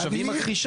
עכשיו, היא מכחישה.